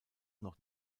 noch